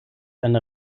eine